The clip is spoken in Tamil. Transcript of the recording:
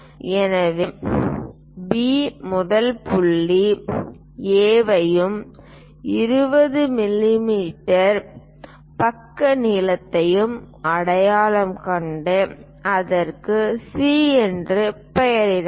எனவே பி முதலில் புள்ளி A ஐயும் 20 மிமீ ஒரு பக்க நீளத்தையும் அடையாளம் கண்டு அதற்கு சி என்று பெயரிடுங்கள்